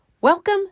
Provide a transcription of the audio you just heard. Welcome